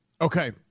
Okay